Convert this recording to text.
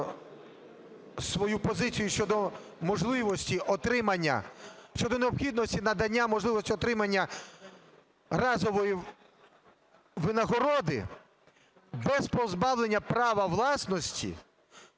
свою позицію щодо можливості отримання, щодо необхідності надання можливості отримання разової винагороди без позбавлення права власності